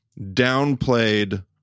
downplayed